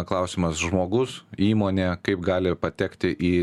klausimas žmogus įmonė kaip gali patekti į